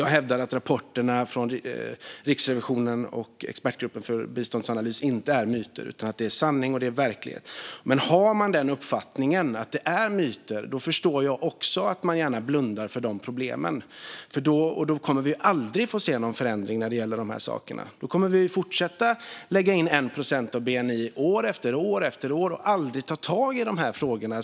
Jag hävdar att rapporterna från Riksrevisionen och Expertgruppen för biståndsanalys inte är myter, utan det är sanning och verklighet. Men om Miljöpartiet har uppfattningen att det är myter förstår jag att man gärna blundar för problemen. Då kommer vi aldrig att se någon förändring när det gäller de här sakerna. Då kommer vi att fortsätta lägga in 1 procent av bni år efter år och aldrig ta tag i frågorna.